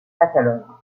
catalogne